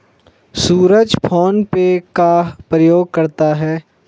सूरज PhonePe का प्रयोग करता है